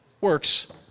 works